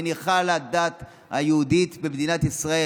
מניחה לדת היהודית במדינת ישראל,